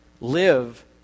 live